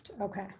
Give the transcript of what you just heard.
Okay